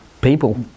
people